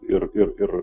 ir ir ir